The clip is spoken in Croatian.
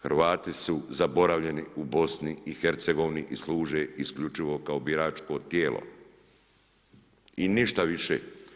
Hrvati su zaboravljeni u Bosni i Hercegovini i služe isključivo kao biračko tijelo i ništa više.